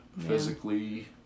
physically